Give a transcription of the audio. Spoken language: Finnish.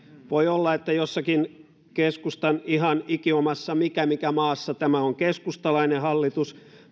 voi olla että jossakin keskustan ihan ikiomassa mikä mikä maassa tämä on keskustalainen hallitus